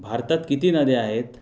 भारतात किती नद्या आहेत